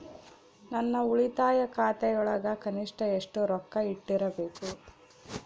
ನನ್ನ ಉಳಿತಾಯ ಖಾತೆಯೊಳಗ ಕನಿಷ್ಟ ಎಷ್ಟು ರೊಕ್ಕ ಇಟ್ಟಿರಬೇಕು?